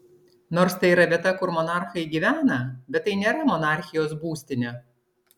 nors tai yra vieta kur monarchai gyvena bet tai nėra monarchijos būstinė